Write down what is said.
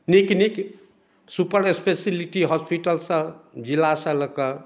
नीक नीक super speciality hospital सब जिलासँ लऽ कऽ